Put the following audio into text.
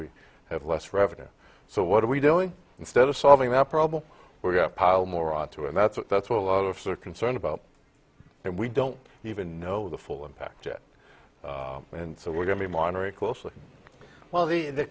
we have less revenue so what are we doing instead of solving the problem we're going to pile more onto and that's what that's what a lot of sort of concern about and we don't even know the full impact yet and so we're going to monterey closely well the the